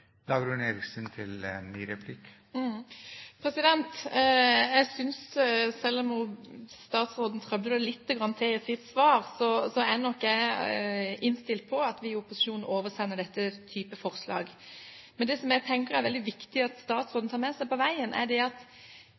Selv om statsråden trøbler det lite grann til i sitt svar, er jeg innstilt på at vi i opposisjonen oversender dette forslaget. Men det jeg tenker er veldig viktig at statsråden tar med seg på veien, er at